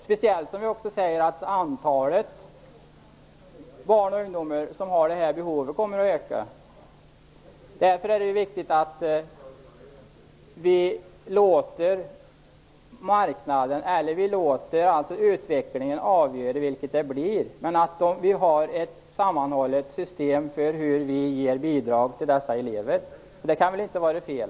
Vi säger ju också att antalet barn och ungdomar med detta behov kommer att öka. Därför är det viktigt att vi låter utvecklingen avgöra hur det blir, men det skall vara ett sammanhållet system för bidrag till elever. Det kan väl inte vara fel?